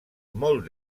molt